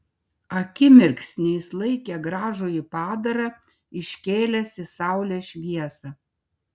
akimirksnį jis laikė gražųjį padarą iškėlęs į saulės šviesą